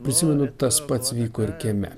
prisimenu tas pats vyko ir kieme